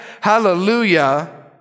Hallelujah